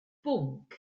bwnc